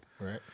Right